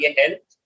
health